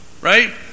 Right